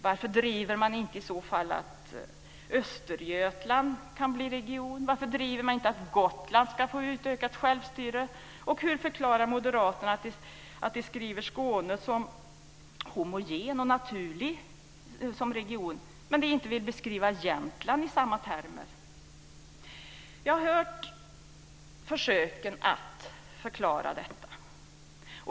Varför driver man i så fall inte frågan att Östergötland ska bli region? Varför driver man inte frågan att Gotland ska få utökat självstyre? Hur förklarar moderaterna att man beskriver Skåne som homogent och en naturlig region, medan man inte vill beskriva Jämtland i samma termer? Jag har hört försöken att förklara detta.